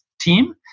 team